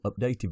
updated